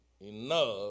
Enough